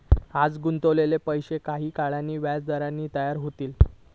आज गुंतवलेले पैशे काही काळान व्याजदरान तयार होतले